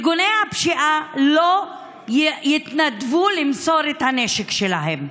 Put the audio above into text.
ארגוני הפשיעה לא יתנדבו למסור את הנשק שלהם.